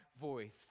voice